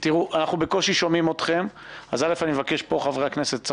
--- אנחנו בקושי שומעים אתכם אז מבקש מחברי הכנסת,